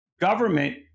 government